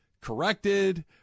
corrected